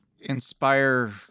Inspire